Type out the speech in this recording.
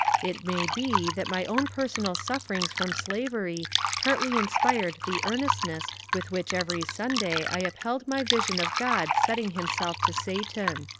it may be that my own personal sufferings from slavery partly inspired the earnestness with which every sunday i upheld my vision of god setting himself to satan.